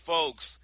Folks